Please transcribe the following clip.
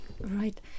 Right